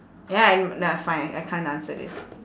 ya and nah fine I can't answer this